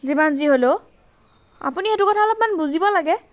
যিমান যি হ'লেও আপুনি সেইটো কথা অলপমান বুজিব লাগে